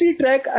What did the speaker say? track